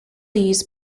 used